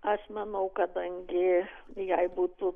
aš manau kadangi jai būtų